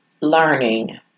learning